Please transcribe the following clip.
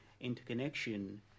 interconnection